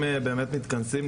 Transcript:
אם באמת מתכנסים,